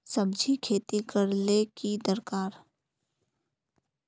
सब्जी खेती करले ले की दरकार?